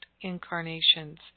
incarnations